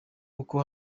uko